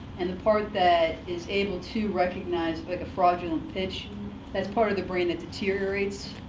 and the part that is able to recognize like a fraudulent pitch that's part of the brain that deteriorates